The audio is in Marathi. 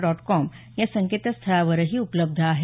डॉट कॉम या संकेतस्थळावरही उपलब्ध आहे